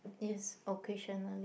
yes occasionally